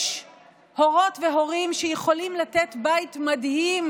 יש הורות והורים שיכולים לתת בית מדהים